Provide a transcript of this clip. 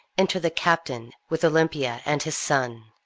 enter the captain, with olympia, and his son.